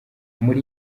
muri